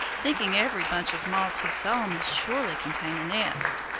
thinking every bunch of moss he saw must surely contain a nest.